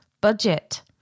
budget